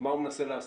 מה הוא מנסה לעשות?